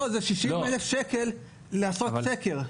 לא, זה 60,000 שקלים לעשות סקר.